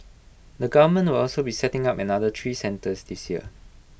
the government will also be setting up another three centres this year